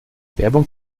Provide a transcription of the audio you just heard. werbung